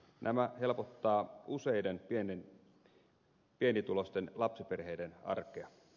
nämä helpottavat useiden pienituloisten lapsiperheiden arkea